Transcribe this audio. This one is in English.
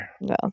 No